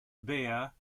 bear